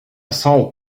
salt